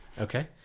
Okay